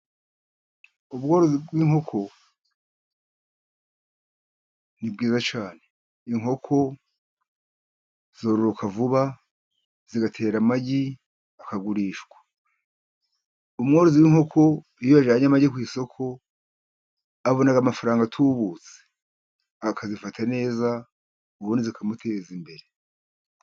Ubworozi bw'inkoko ni bwiza cyane, inkoko zororoka vuba zigatera amagi akagurishwa. Umworozi w'inkoko iyo ajyanye amagi ku isoko abona amafaranga atubutse, akazifata neza ubundi zikamuteza imbere.